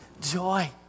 joy